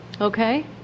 Okay